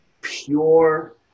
pure